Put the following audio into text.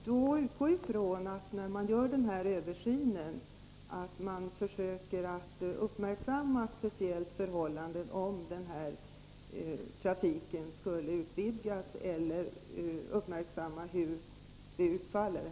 Herr talman! Kan jag då utgå från att man, vid den kommande översynen, också försöker speciellt uppmärksamma vilka åtgärder som kan behöva vidtas om trafiken i fråga utvidgas?